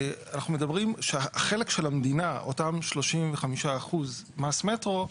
אנחנו מדברים שהחלק של המדינה, אותם 35% מס מטרו,